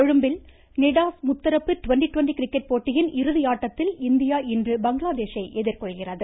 கொழும்பில் நிடாஸ் முத்தரப்பு twenty twenty cricket போட்டியின் இறுதி ஆட்டத்தில் இந்தியா இன்று பங்களாதேஷ் ஐ எதிர்கொள்கிறது